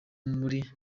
muri